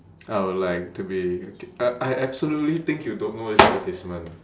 I would like to be I I absolutely think you don't know this advertisement